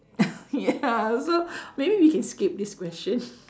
ya so maybe we can skip this question